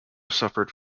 suffered